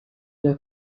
their